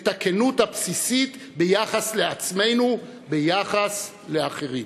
את הכנות הבסיסית ביחס לעצמנו, ביחס לאחרים.